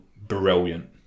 brilliant